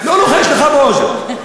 לא לוחש לך באוזן,